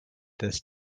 this